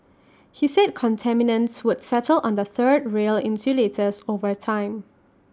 he said contaminants would settle on the third rail insulators over time